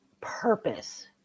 purpose